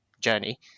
journey